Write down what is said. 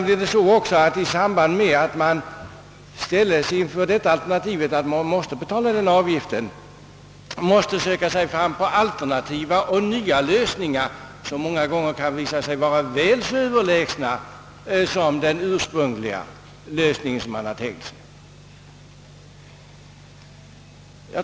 Likaså kan tvånget att betala avgiften göra att man söker sig fram efter nya, alternativa lösningar som många gånger kan vara överlägsna den ursprungliga lösning man tänkt sig.